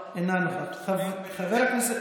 לא ידעתם מה לעשות עם עצמכם.